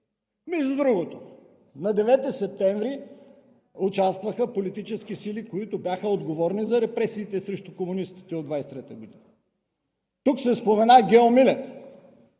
Между другото, на 9 септември участваха политически сили, които бяха отговорни за репресиите срещу комунистите от 1923 г. Тук се спомена Гео Милев!